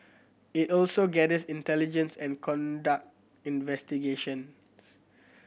it also gathers intelligence and conduct investigations